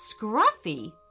Scruffy